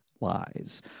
lies